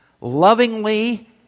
Lovingly